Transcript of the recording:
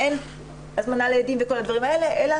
אין הזמנה לעדים וכל הדברים האלה אלא